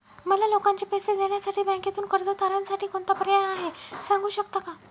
मला लोकांचे पैसे देण्यासाठी बँकेतून कर्ज तारणसाठी कोणता पर्याय आहे? सांगू शकता का?